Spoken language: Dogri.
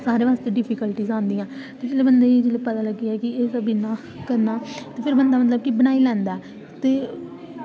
सारें बास्तै डिफिकल्टीज़ आंदियां ते फिर जेल्लै पता लग्गी जा की एह् इंया करना ते ऱफिर बंदा मतलब कि बनाई लैंदा ते